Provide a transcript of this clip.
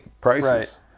prices